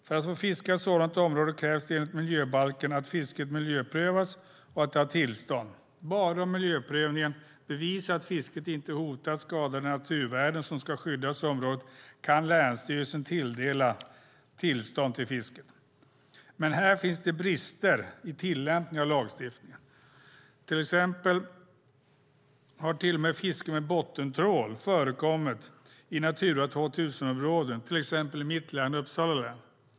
För att få fiska i ett sådant område krävs det enligt miljöbalken att fisket miljöprövats och att det har tillstånd. Bara om miljöprövningen bevisar att fisket inte hotar att skada de naturvärden som ska skyddas i området kan länsstyrelsen tilldela tillstånd till fisket. Men här finns det brister i tillämpningen av lagstiftningen. Exempelvis har till och med fiske med bottentrål förekommit i Natura 2000-områden i mitt län, Uppsala län.